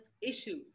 issue